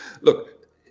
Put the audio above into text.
Look